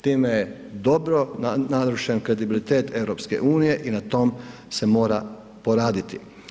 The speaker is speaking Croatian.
Time je dobro narušen kredibilitet EU i na tom se mora poraditi.